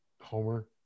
homer